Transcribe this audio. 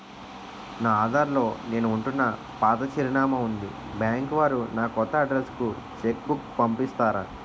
నా ఆధార్ లో నేను ఉంటున్న పాత చిరునామా వుంది బ్యాంకు వారు నా కొత్త అడ్రెస్ కు చెక్ బుక్ పంపిస్తారా?